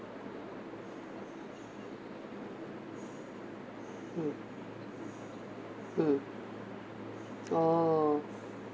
mm mm oh